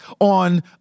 on